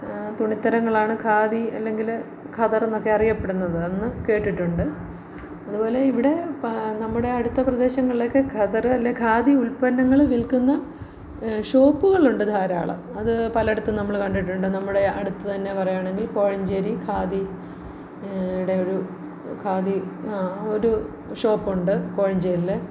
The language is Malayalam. തുണിത്തരങ്ങളാണ് ഖാദി അല്ലെങ്കിൽ ഖദറെന്നൊക്കെ അറിയപ്പെടുന്നത് അന്ന് കേട്ടിട്ടുണ്ട് അതു പോലെ ഇവിടെ നമ്മുടെ അടുത്ത പ്രദേശങ്ങളിലൊക്കെ ഖദർ അല്ലേൽ ഖാദി ഉത്പന്നങ്ങൾ വിൽക്കുന്ന ഷോപ്പുകളുണ്ട് ധാരാളം അതു പലയിടത്തും നമ്മൾ കണ്ടിട്ടുണ്ട് നമ്മുടെ അടുത്തു തന്നെ പറയുകയാണെങ്കിൽ കോഴഞ്ചേരി ഖാദി ടെ ഒരു ഖാദി ഒരു ഷോപ്പുണ്ട് കോഴഞ്ചേരിയിൽ